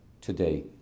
today